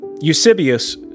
Eusebius